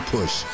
Push